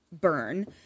burn